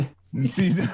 See